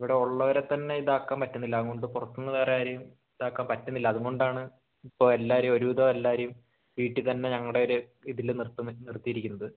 ഇവിടെ ഉള്ളവരെ തന്നെ ഇതാക്കാൻ പറ്റുന്നില്ല അതുകൊണ്ട് പുറത്ത് നിന്ന് വേറെ ആരേയും ഇതാക്കാൻ പറ്റുന്നില്ല അതുകൊണ്ടാണ് ഇപ്പോൾ എല്ലാവരേയും ഒരുവിധം എല്ലാവരേയും വീട്ടിൽ തന്നെ ഞങ്ങളുടെ ഒരു ഇതില് നിർത്തുന്നത് നിർത്തിയിരിക്കുന്നത്